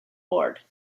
board